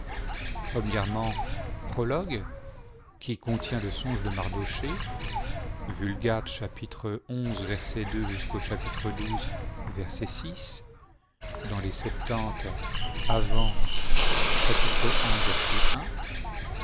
prologue qui contient le songe de mardochée vulg xi jusqu'aux chapitre xi dans les lxx avant